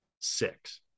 six